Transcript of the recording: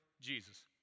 Jesus